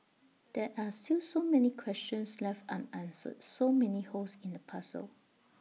there are still so many questions left unanswered so many holes in the puzzle